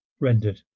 Rendered